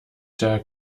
der